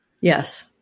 Yes